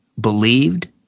believed